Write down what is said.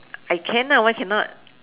I can ah why cannot